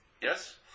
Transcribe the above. Yes